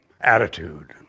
attitude